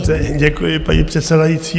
Dobře, děkuji paní předsedající.